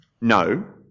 No